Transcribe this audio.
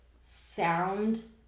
sound